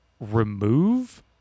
remove